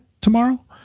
tomorrow